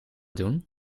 doen